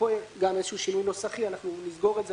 גם איזשהו שינוי נוסחי, אנחנו נסגור את זה,